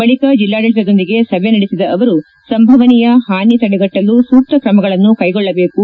ಬಳಿಕ ಜಿಲ್ಡಾಡಳಿತದೊಂದಿಗೆ ಸಭೆ ನಡೆಸಿದ ಅವರು ಸಂಭವನೀಯ ಹಾನಿ ತಡೆಗಟ್ಟಲು ಸೂಕ್ತ ಕ್ರಮಗಳನ್ನು ಕೈಗೊಳ್ಳಬೇಕು